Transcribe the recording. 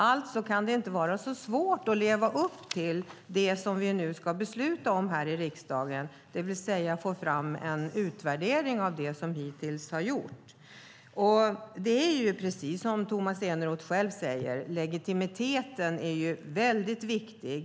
Alltså kan det inte vara så svårt att leva upp till det som vi nu ska besluta om här i riksdagen, det vill säga en utvärdering av det som hittills har gjorts. Som Tomas Eneroth själv säger är legitimiteten väldigt viktig.